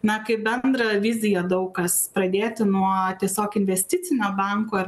na kaip bendrą viziją daug kas pradėti nuo tiesiog investicinio banko ar